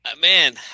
man